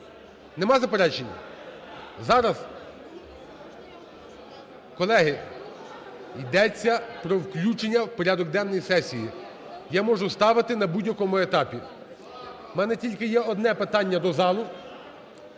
Нема заперечень? Зараз… (Шум у залі) Колеги, йдеться про включення у порядок денний сесії. Я можу ставити на будь-якому етапі. В мене є тільки одне питання до залу.